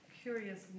curious